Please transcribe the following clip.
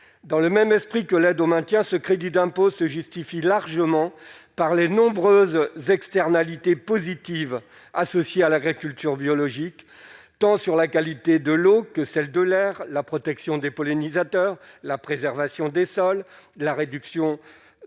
dans le même esprit que l'aide au maintien, ce crédit d'impôt se justifie largement par les nombreuses externalités positives associées à l'agriculture biologique, tant sur la qualité de l'eau que celle de l'air, la protection des pollinisateurs la préservation des sols, la réduction de la la qualité